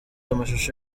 amashusho